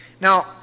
Now